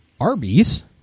Arby's